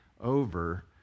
over